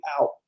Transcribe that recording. out